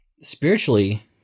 spiritually